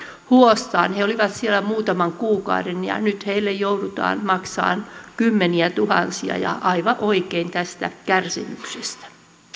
huostaan he olivat siellä muutaman kuukauden ja nyt heille joudutaan maksamaan kymmeniätuhansia aivan oikein tästä kärsimyksestä